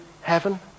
heaven